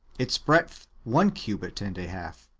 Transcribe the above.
its breadth one cubit and a half,